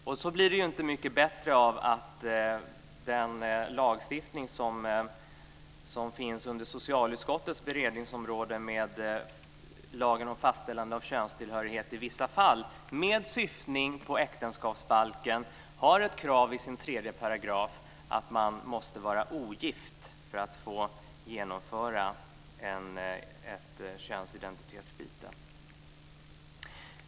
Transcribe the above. Det blir ju inte mycket bättre av att den lagstiftning som finns under socialutskottets beredningsområde, med lagen om fastställande av könstillhörighet i vissa fall, med syftning på äktenskapsbalken har ett krav i sin tredje paragraf att man måste vara ogift för att få genomföra ett könsidentitetsbyte.